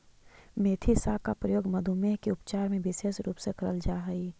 मेथी साग का प्रयोग मधुमेह के उपचार में विशेष रूप से करल जा हई